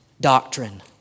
doctrine